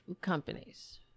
companies